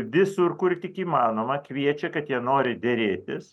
visur kur tik įmanoma kviečia kad jie nori derėtis